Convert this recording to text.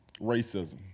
racism